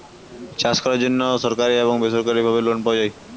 চাষ করার জন্য সরকারি এবং বেসরকারিভাবে লোন পাওয়া যায়